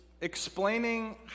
explaining